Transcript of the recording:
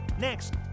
next